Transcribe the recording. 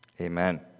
Amen